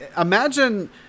imagine